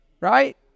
right